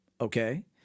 okay